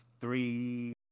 three